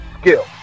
skill